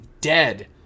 dead